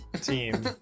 team